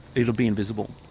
it'll be invisible.